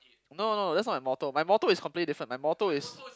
no no that's not my motto my motto is completely different my motto is